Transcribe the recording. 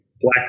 black